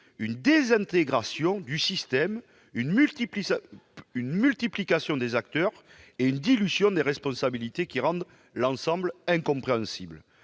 une désintégration du système, une multiplication des acteurs et une dilution des responsabilités, qui rendent l'ensemble incompréhensible.